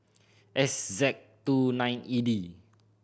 S Z two nine E D